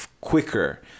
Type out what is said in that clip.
quicker